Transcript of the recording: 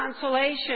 consolation